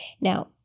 Now